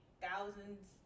thousands